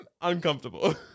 uncomfortable